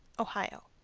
ohio.